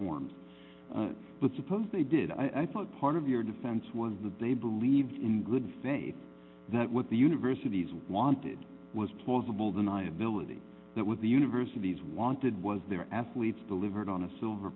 forms but suppose they did i thought part of your defense was that they believed in good faith that what the universities wanted was plausible deniability that with the university's wanted was their athletes delivered on a silver